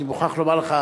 אני מוכרח לומר לך,